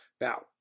Now